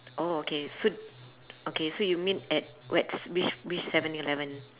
oh okay so okay so you mean at which which 7-Eleven